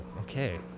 Okay